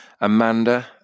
Amanda